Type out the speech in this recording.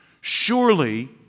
Surely